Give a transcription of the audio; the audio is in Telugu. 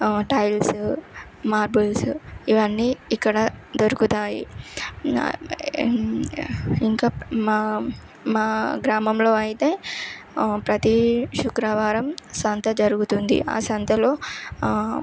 టైల్సు మార్బుల్సు ఇవన్నీ ఇక్కడ దొరుకుతాయి ఇంకా మా గ్రామంలో అయితే ప్రతీ శుక్రవారం సంత జరుగుతుంది ఆ సంతలో